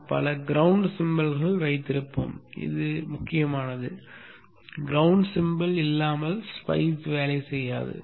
நாம் பல ground symbol வைத்திருப்போம் இது முக்கியமானது கிரௌண்ட் சிம்பல் இல்லாமல் spice வேலை செய்யாது